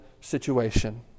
situation